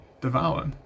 devour